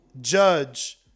judge